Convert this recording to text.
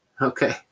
Okay